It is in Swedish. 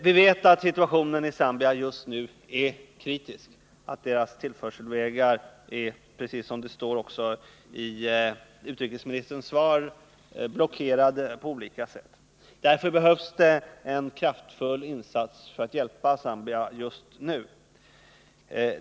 Vi vet att situationen i Zambia just nu är kritisk, att landets tillförselvägar — precis som det står i utrikesministerns svar — är blockerade på olika sätt. Därför behövs kraftfulla insatser för att hjälpa Zambia just nu.